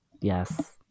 Yes